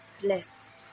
blessed